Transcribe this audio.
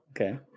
okay